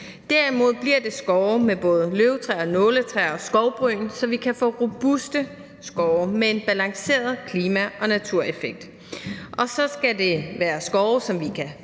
Derimod bliver det skove med både løvtræer, nåletræer og skovbryn, så vi kan få robuste skove med en balanceret klima- og natureffekt. Og så skal det være skove, som vi kan